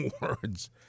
words